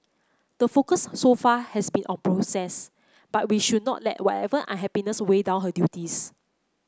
the focus so far has been on process but we should not let whatever unhappiness weigh down her duties